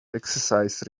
exercise